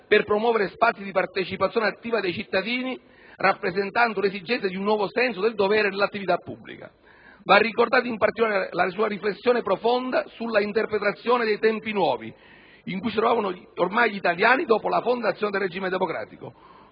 per promuovere spazi di partecipazione attiva dei cittadini, rappresentando l'esigenza di un nuovo senso del dovere nell'attività pubblica. Va ricordata, in particolare, la sua riflessione profonda sull'interpretazione dei "tempi nuovi" in cui si trovavano ormai gli italiani dopo la fondazione del regime democratico.